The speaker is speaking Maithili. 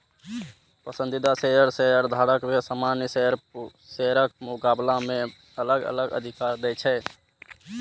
पसंदीदा शेयर शेयरधारक कें सामान्य शेयरक मुकाबला मे अलग अलग अधिकार दै छै